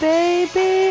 Baby